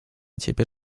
ciebie